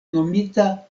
nomita